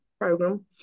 program